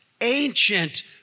ancient